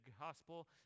gospel